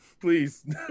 Please